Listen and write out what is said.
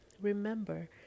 Remember